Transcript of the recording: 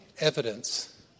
evidence